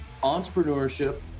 entrepreneurship